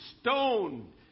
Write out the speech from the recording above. stoned